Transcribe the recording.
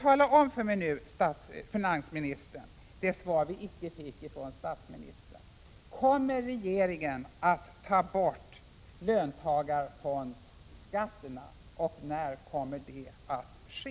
Ge mig nu, finansministern, det svar som vi inte fick från statsministern: Kommer regeringen att ta bort löntagarfondsskatterna, och när kommer det att ske?